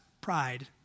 pride